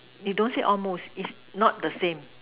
you don't say almost it's not the same